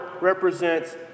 represents